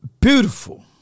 beautiful